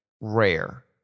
rare